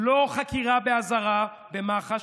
לא חקירה באזהרה במח"ש.